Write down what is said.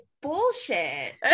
bullshit